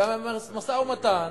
והמשא-ומתן